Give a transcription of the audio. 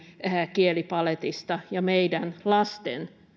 kielipaletista ja meidän lasten